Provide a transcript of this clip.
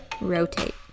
rotate